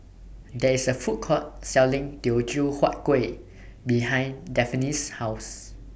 There IS A Food Court Selling Teochew Huat Kueh behind Dafne's House